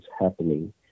happening